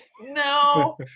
no